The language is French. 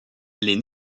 les